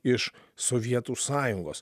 iš sovietų sąjungos